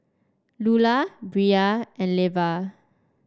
Lulah Bria and Leva